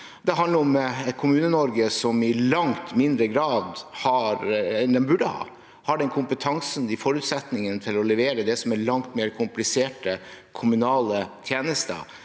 Det handler om et Kommune-Norge som i langt mindre grad har den kompetansen og de forutsetningene de burde ha til å levere det som er mer kompliserte kommunale tjenester.